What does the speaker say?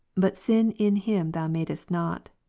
but sin in him thou madest not.